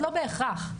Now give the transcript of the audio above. לא בהכרח.